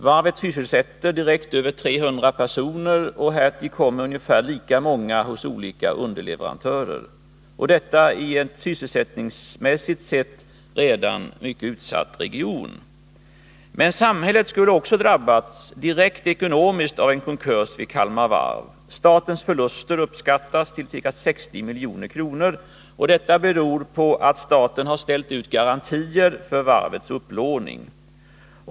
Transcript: Varvet sysselsätter direkt över 300 personer, och härtill kommer ungefär lika många hos olika underleverantörer — detta i en sysselsättningsmässigt sett redan mycket utsatt region. Men samhället skulle också direkt ekonomiskt drabbas av en konkurs vid Kalmar Varv. Statens förluster uppskattas till ca 60 milj.kr. Detta beror på att staten har ställt ut garantier för varvets upplåning.